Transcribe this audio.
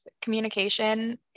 communication